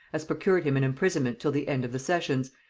as procured him an imprisonment till the end of the sessions,